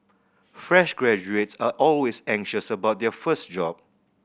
fresh graduates are always anxious about their first job